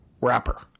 wrapper